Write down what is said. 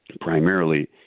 Primarily